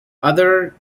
other